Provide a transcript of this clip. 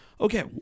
Okay